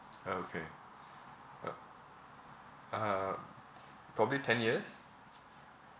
orh okay uh uh probably ten years